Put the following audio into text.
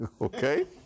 Okay